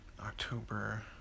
October